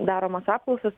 daromos apklausos